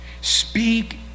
speak